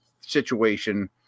situation